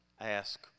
ask